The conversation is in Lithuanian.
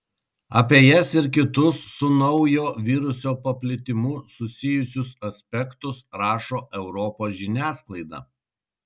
apie jas ir kitus su naujo viruso paplitimu susijusius aspektus rašo europos žiniasklaida